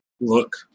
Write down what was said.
look-